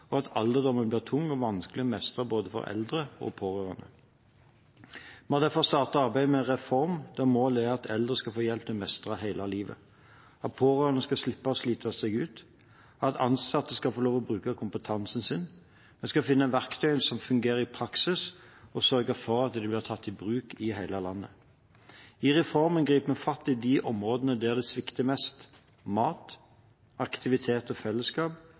og at alderdommen blir tung og vanskelig å mestre for både eldre og pårørende. Vi har derfor startet arbeidet med en reform der målet er at eldre skal få hjelp til å mestre hele livet, at pårørende skal slippe å slite seg ut, og at ansatte skal få lov til å bruke kompetansen sin. Vi skal finne verktøyene som fungerer i praksis og sørge for at de blir tatt i bruk i hele landet. I reformen griper vi fatt i de områdene der det svikter mest: mat, aktivitet og fellesskap,